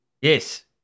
Yes